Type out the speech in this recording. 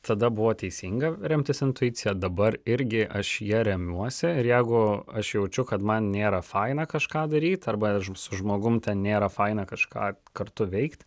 tada buvo teisinga remtis intuicija dabar irgi aš ja remiuosi ir jeigu aš jaučiu kad man nėra faina kažką daryt arba su žmogum ten nėra faina kažką kartu veikt